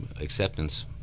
acceptance